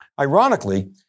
Ironically